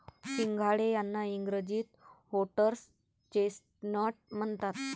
सिंघाडे यांना इंग्रजीत व्होटर्स चेस्टनट म्हणतात